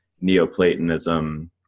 Neoplatonism